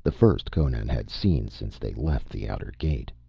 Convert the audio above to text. the first conan had seen since they left the outer gate.